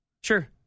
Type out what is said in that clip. sure